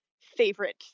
favorite